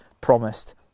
promised